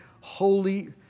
holy